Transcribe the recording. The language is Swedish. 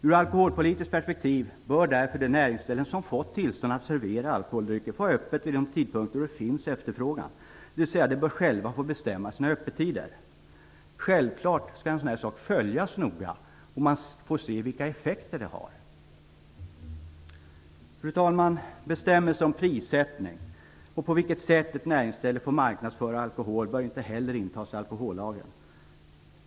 Ur alkoholpolitiskt perspektiv bör därför de näringsställen som fått tillstånd att servera alkoholdrycker få ha öppet vid de tidpunkter då det finns efterfrågan, dvs. de bör själva få bestämma om sina öppettider. Självfallet skall detta följas noga, så att man kan se vilka effekter det har. Fru talman! Bestämmelser om prissättning och på vilket sätt ett näringsställe får marknadsföra alkohol bör inte heller intas i alkohollagen.